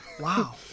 Wow